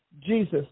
Jesus